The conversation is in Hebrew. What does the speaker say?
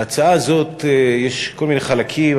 להצעה הזאת יש כל מיני חלקים,